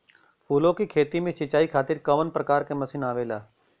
फूलो के खेती में सीचाई खातीर कवन प्रकार के मशीन आवेला?